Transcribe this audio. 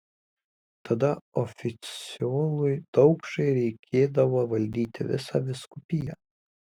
tada oficiolui daukšai reikėdavo valdyti visą vyskupiją